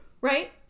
Right